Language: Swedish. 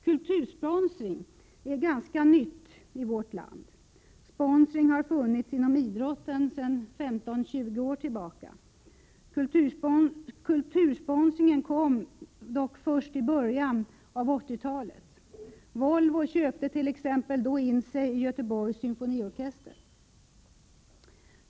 Kultursponsring är något ganska nytt i vårt land. Sponsring har funnits inom idrotten sedan 15-20 år tillbaka. Kultursponsringen kom dock först i början av 80-talet. Volvo köpte t.ex. då ”in sig” i Göteborgs symfoniorkester.